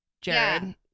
Jared